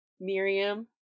Miriam